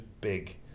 big